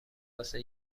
واسه